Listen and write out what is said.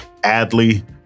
Adley